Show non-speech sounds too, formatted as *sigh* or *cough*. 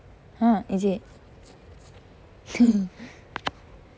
!huh! is it *laughs*